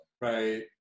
Right